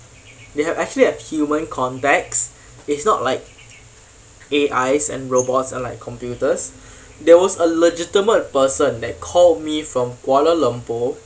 they have actually have human contacts it's not like A_I and robots and like computers there was a legitimate person that called me from kuala lumpur